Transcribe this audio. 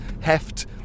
heft